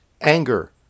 anger